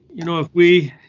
you know, if we.